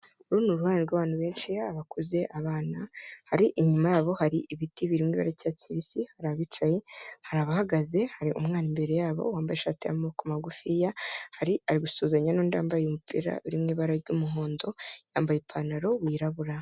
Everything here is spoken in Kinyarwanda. Uru ni uruhare rw'abantu benshi abakuze, abana, hari inyuma yabo hari ibiti biri mw'ibara ry'icyatsi kibisi, hari abicaye, hari abahagaze, hari umwana imbere yabo wambaye ishati y'amaboko magufiya, hari ari gusuhuzanya nundi wambaye umupira uri mw'ibara ry'umuhondo yambaye ipantaro wirabura.